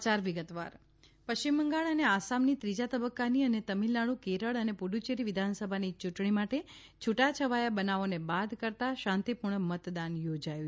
વિધાનસભા યૂંટણી પશ્ચિમ બંગાળ અને આસામની ત્રીજા તબક્કાની અને તમિળનાડુ કેરળ અને પુડુચ્ચેરી વિધાનસભાની યુંટણી માટે છુટા છવાયા બનાવોને બાદ કરતાં શાંતિપૂર્ણ મતદાન થોજાયું